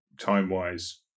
time-wise